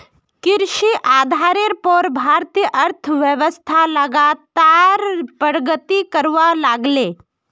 कृषि आधारेर पोर भारतीय अर्थ्वैव्स्था लगातार प्रगति करवा लागले